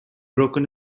broken